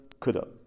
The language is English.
coulda